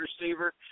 receiver